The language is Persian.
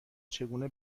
چگونه